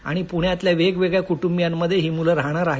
आणि पृण्यातल्या वेगवेगळ्या कुटुंबात ही मुलं राहणार आहेत